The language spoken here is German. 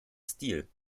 stil